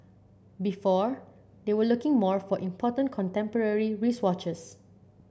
before they were looking more for important contemporary wristwatches